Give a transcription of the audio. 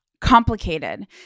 complicated